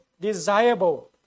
desirable